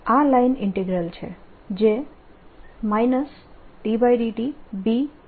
આ line integral છે જે ∂tBx y ના બરાબર છે